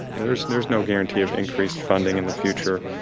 there's and there's no guarantee of increased funding in the future.